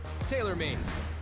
TaylorMade